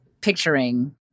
picturing